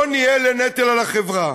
לא נהיה לנטל על החברה.